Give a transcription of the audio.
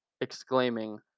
exclaiming